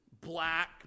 black